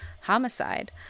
homicide